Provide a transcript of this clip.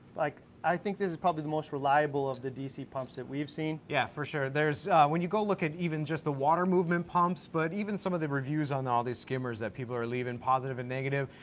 like i think this is probably the most reliable of the dc pumps that we've seen. yeah, for sure. there's when you go look at even just the water movement pumps, but even some of the reviews on ah these skimmers that people are leavin', positive and negative,